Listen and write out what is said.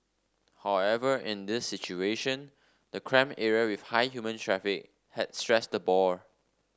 however in this situation the cramped area with high human traffic had stressed the boar